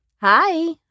Hi